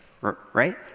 Right